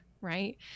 right